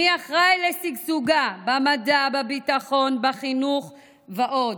מי אחראי לשגשוגה במדע, בביטחון, בחינוך ועוד.